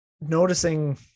noticing